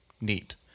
neat